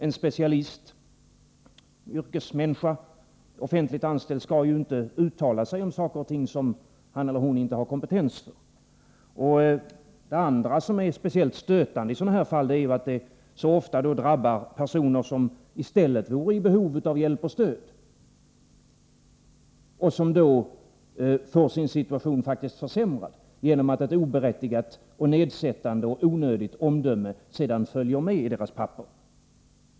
En specialist, en yrkesmänniska, en offentligt anställd skall ju inte uttala sig om saker och ting som han eller hon inte har kompetens för. Vidare är det i sådana här fall speciellt stötande att just de personer drabbas som i stället är i behov av hjälp och stöd. Deras situation försämras faktiskt genom att ett oberättigat, nedsättande och onödigt omdöme följer dem i deras papper.